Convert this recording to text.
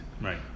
Right